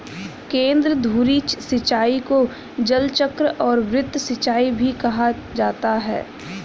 केंद्रधुरी सिंचाई को जलचक्र और वृत्त सिंचाई भी कहा जाता है